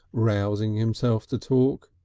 rousing himself to talk.